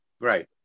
Right